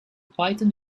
python